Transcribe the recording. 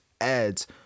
ads